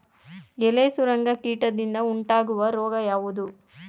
ಎಲೆ ಸುರಂಗ ಕೀಟದಿಂದ ಉಂಟಾಗುವ ರೋಗ ಯಾವುದು?